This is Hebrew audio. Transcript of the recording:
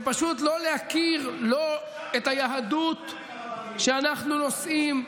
זה פשוט לא להכיר את היהדות שאנחנו נושאים,